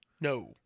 No